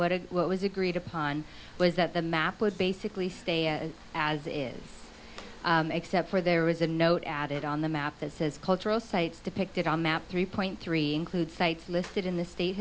what it was agreed upon was that the map would basically stay as as it is except for there is a note added on the map that says cultural sites depicted on map three point three include sites listed in the state